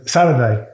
Saturday